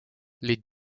les